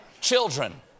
Children